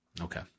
Okay